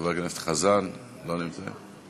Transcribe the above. חבר הכנסת חזן, לא נמצא.